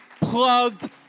plugged